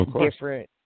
different